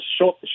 short